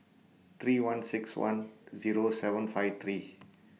three one six one Zero seven five three